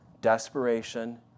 desperation